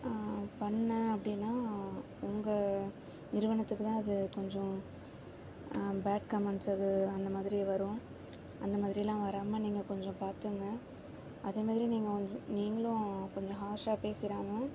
பண்ண அப்படின்னா உங்கள் நிறுவனத்துக்கு தான் அது கொஞ்சம் பேக் கமெண்ட்ஸ் அது அந்த மாதிரி வரும் அந்த மாதிரி எல்லாம் வராமல் நீங்கள் கொஞ்சம் பார்த்துங்க அதே மாதிரி நீங்கள் நீங்களும் கொஞ்சம் ஹார்ஷாக பேசிடாமல்